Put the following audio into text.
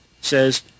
Says